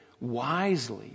wisely